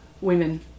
women